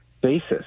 basis